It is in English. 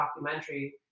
documentary